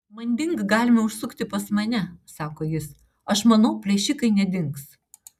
manding galime užsukti pas mane sako jis aš manau plėšikai nedings